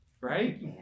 Right